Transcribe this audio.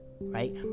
Right